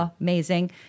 Amazing